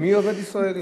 מי עובד ישראלי?